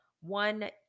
one